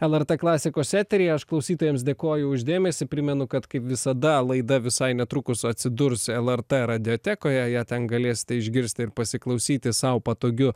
lrt klasikos eteryje aš klausytojams dėkoju už dėmesį primenu kad kaip visada laida visai netrukus atsidurs lrt radiotekoje ją ten galėsite išgirsti ir pasiklausyti sau patogiu